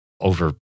over